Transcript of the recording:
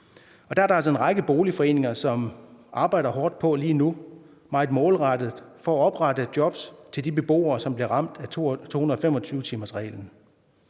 der altså en række boligforeninger, som lige nu arbejder hårdt og meget målrettet på at oprette job til de beboere, som bliver ramt af 225-timersreglen.